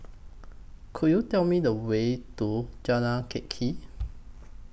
Could YOU Tell Me The Way to Jalan Teck Kee